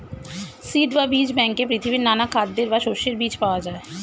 seed বা বীজ ব্যাংকে পৃথিবীর নানা খাদ্যের বা শস্যের বীজ পাওয়া যায়